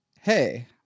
hey